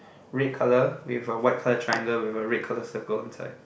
red colour with a white colour triangle with a red colour circle inside